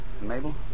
Mabel